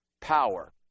Power